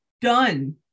done